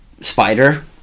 spider